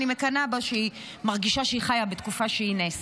אני מקנאה בה שהיא מרגישה שהיא חיה בתקופה שהיא נס.